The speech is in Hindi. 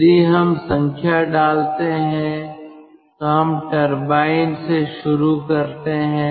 यदि हम संख्या डालते हैं तो हम टरबाइन से शुरू करते हैं